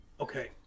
Okay